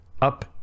up